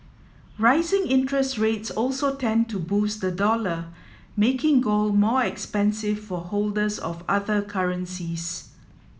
rising interest rates also tend to boost the dollar making gold more expensive for holders of other currencies